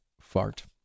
fart